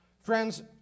Friends